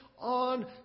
on